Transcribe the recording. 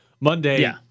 Monday